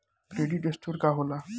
Credit score का होला?